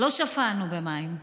לא שפענו במים.